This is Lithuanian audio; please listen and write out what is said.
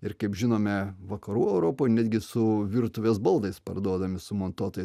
ir kaip žinome vakarų europoj netgi su virtuvės baldais parduodami sumontuotais